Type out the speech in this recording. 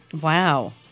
Wow